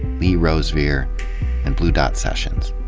lee rosevere, and blue dot sessions.